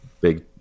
big